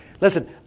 Listen